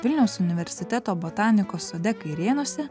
vilniaus universiteto botanikos sode kairėnuose